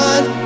One